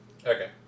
Okay